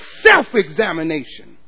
self-examination